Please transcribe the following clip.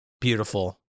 beautiful